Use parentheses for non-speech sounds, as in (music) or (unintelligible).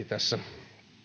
(unintelligible) tässä